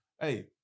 hey